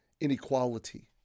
inequality